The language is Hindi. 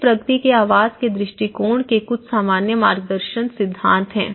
इस प्रगति के आवास के दृष्टिकोण के कुछ सामान्य मार्गदर्शक सिद्धांत हैं